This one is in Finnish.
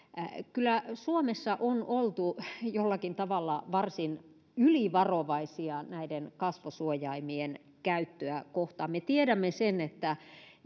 kyllä suomessa on oltu jollakin tavalla varsin ylivarovaisia kasvosuojaimien käyttöä kohtaan me tiedämme sen että